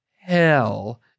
hell